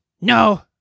No